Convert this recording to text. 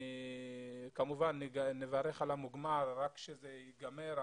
כמובן נברך על המוגמר רק כשזה ייגמר,